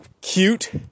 cute